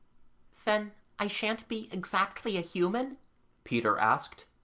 then i shan't be exactly a human peter asked.